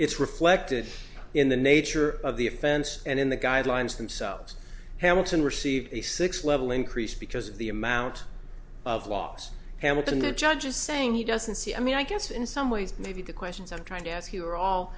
it's reflected in the nature of the offense and in the guidelines themselves hamilton received a six level increase because of the amount of loss hamilton and judges saying he doesn't see i mean i guess in some ways maybe the questions i'm trying to ask here all